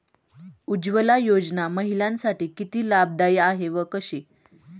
उज्ज्वला योजना महिलांसाठी किती लाभदायी आहे व कशी?